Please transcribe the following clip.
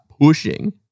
pushing